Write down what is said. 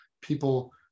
people